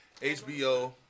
HBO